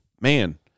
man